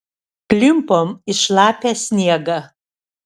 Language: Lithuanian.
klimpom į šlapią sniegą